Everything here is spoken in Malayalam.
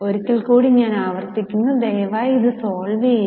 ഒരിക്കൽ കൂടി ഞാൻ ആവർത്തിക്കുന്നു ദയവായി ഇത് സോൾവ് ചെയ്യുക